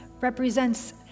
represents